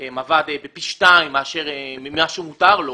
אם הוא עבד פי שתיים ממה שמותר לו,